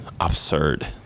Absurd